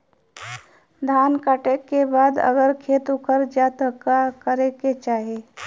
धान कांटेके बाद अगर खेत उकर जात का करे के चाही?